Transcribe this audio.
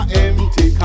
empty